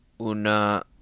una